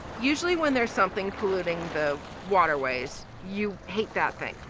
usually when there's something polluting the waterways, you hate that thing.